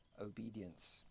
obedience